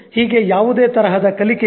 ಹೀಗೆ ಯಾವುದೇ ತರಹದ ಕಲಿಕೆಗಳು